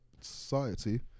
society